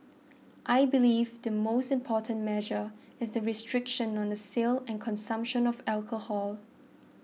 I believe the most important measure is the restriction on the sale and consumption of alcohol